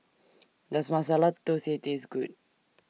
Does Masala Dosa Taste Good